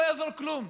לא יעזור כלום.